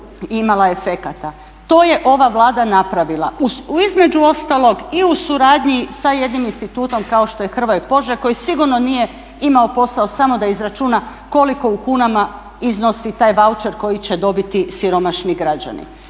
imala efekata. To je ova Vlada napravila, između ostalog i u suradnji sa jednim institutom kao što je Hrvoje Požar koji sigurno nije imao posao samo da izračuna koliko u kunama iznosi taj vaučer koji će dobiti siromašni građani.